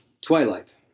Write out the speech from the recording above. Twilight